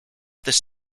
this